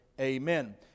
Amen